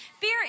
Fear